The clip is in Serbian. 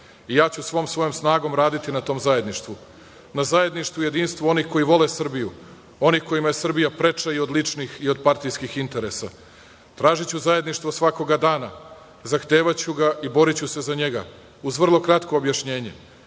i ja ću svom svojom snagom raditi na tom zajedništvu, na zajedništvu i jedinstvu onih koji vole Srbiju, onih kojima je Srbija preča od ličnih i od partijskih interesa. Tražiću zajedništvo svakog dana. Zahtevaću ga i boriću se za njega uz vrlo kratko objašnjenje.